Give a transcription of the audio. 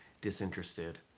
disinterested